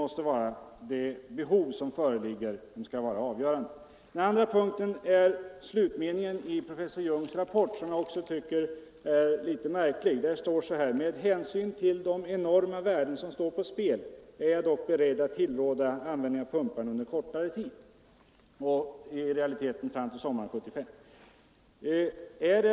Givetvis måste det behov som föreligger vara avgörande. Den andra punkten är en formulering i slutet av professor Jungs rapport, som jag också tycker är litet märklig. Där står: ”Med hänsyn till de enorma värden som står på spel är jag dock beredd att tillråda användning av pumparna under kortare tid, -—--”— i realiteten fram till sommaren 1975.